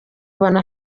abona